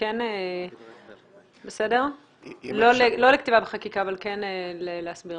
לא לכתיבה בחקיקה אבל כן להסביר